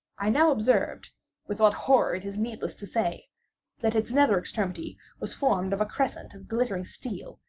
i now observed with what horror it is needless to say that its nether extremity was formed of a crescent of glittering steel,